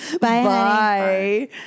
Bye